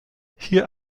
hier